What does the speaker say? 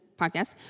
podcast